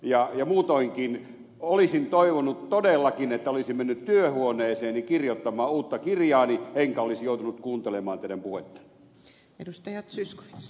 ja muutoinkin olisin toivonut todellakin että olisin mennyt työhuoneeseeni kirjoittamaan uutta kirjaani enkä olisi joutunut kuuntelemaan teidän puhettanne